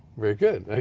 very good.